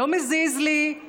לא מזיז לי,